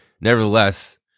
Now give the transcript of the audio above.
nevertheless